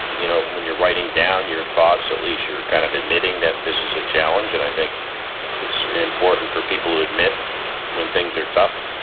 you know, when you're writing down your thoughts, at least you're kind of admitting that this is a challenge. and i think it's important for people to admit when things are tough